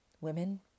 women